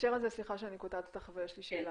סליחה שאני קוטעת אותך אבל יש לי שאלה.